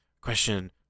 question